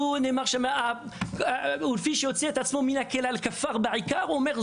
לגבי המילים "ולפי שהוציא את עצמו מן הכלל כפר בעיקר" הוא אומר,